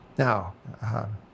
Now